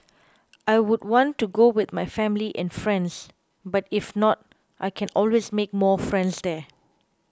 I would want to go with my family and friends but if not I can always make more friends there